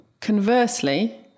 Conversely